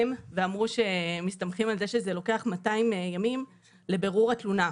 ואמרו שמסתמכים על זה שזה לוקח 200 ימים לבירור התלונה,